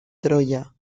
troya